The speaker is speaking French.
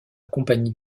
compagnie